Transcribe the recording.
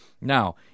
Now